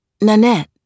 Nanette